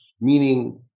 meaning